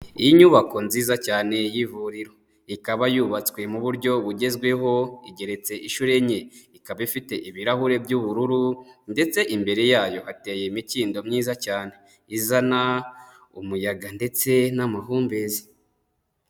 Inyubako nziza cyane y'ivuriro, ikaba yubatswe mu buryo bugezweho, igeretse inshuro enye, ikaba ifite ibirahure by'ubururu ndetse imbere yayo hateye imikindo myiza cyane, izana umuyaga ndetse n'amahumbezi.